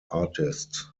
artists